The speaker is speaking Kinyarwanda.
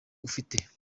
ufite